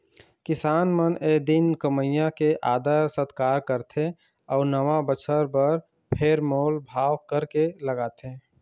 किसान मन ए दिन कमइया के आदर सत्कार करथे अउ नवा बछर बर फेर मोल भाव करके लगाथे